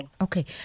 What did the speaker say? Okay